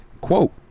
quote